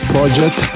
Project